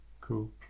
cool